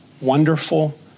wonderful